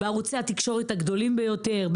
בערוצי התקשורת הגדולים ביותר,